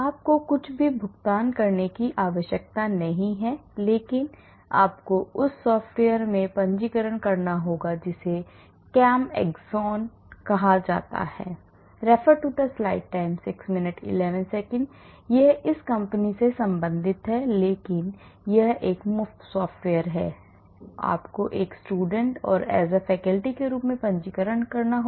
आपको कुछ भी भुगतान करने की आवश्यकता नहीं है लेकिन आपको उस सॉफ़्टवेयर में पंजीकरण करना होगा जिसे ChemAxon कहा जाता है यह इस कंपनी से संबंधित है लेकिन यह एक मुफ्त सॉफ्टवेयर है लेकिन आपको एक student or as a faculty के रूप में पंजीकरण करना होगा